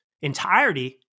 entirety